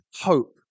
hope